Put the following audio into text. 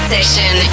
Session